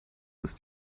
ist